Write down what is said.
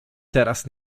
teraz